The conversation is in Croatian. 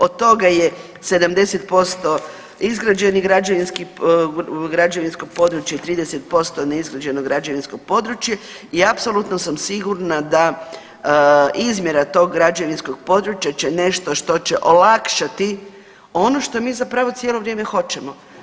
Od toga je 70% izgrađenih građevinskih, građevinskog područja i 30% neizgrađeno građevinsko područje i apsolutno sam sigurna da izmjera tog građevinskog područja će nešto što će olakšati ono što mi zapravo cijelo vrijeme hoćemo.